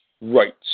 rights